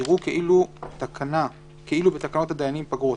יראו כאילו בתקנות הדיינים (פגרות),